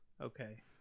Okay